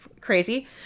Crazy